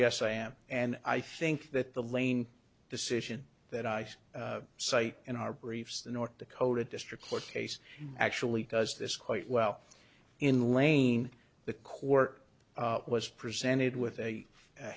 yes i am and i think that the lane decision that i cite in our briefs the north dakota district court case actually does this quite well in lane the court was presented